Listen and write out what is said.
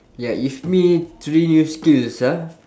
ya if me three new skills ah